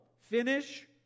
Finish